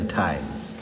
times